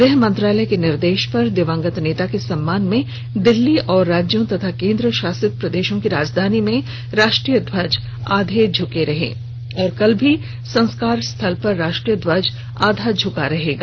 गृहमंत्रालय के निर्देश पर दिवंगत नेता के सम्मान में दिल्ली और राज्यों तथा कोन्द्र शासिंत प्रदेशों की राजधानी में राष्ट्रीय ध्वज आधे झुके रहे और कल भी संस्कार स्थल पर राष्ट्रीय ध्वज आधा झुका रहेगा